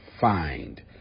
find